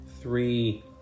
three